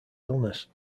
illness